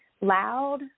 loud